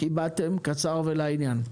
קצר ולעניין.